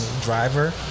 driver